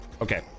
Okay